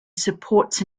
supports